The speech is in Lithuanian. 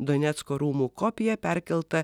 donecko rūmų kopija perkelta